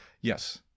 Yes